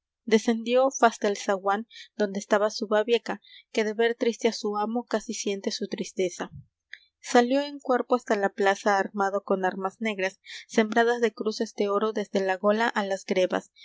descendió fasta el zaguán donde estaba su babieca que de ver triste á su amo casi siente su tristeza salió en cuerpo hasta la plaza armado con armas negras sembradas de cruces de oro desde la gola á las grevas